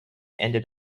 ended